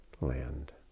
land